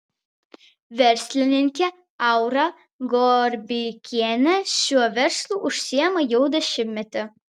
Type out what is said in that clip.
verslininkė aura gorbikienė šiuo verslu užsiima jau dešimtmetį